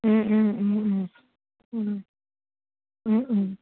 ও ও ও ও ও ও ও